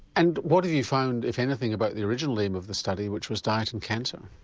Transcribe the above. and what have you found if anything about the original name of the study, which was diet and cancer?